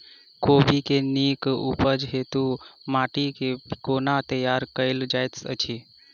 कोबी केँ नीक उपज हेतु माटि केँ कोना तैयार कएल जाइत अछि?